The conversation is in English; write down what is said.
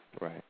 Right